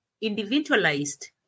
individualized